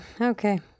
Okay